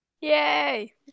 Yay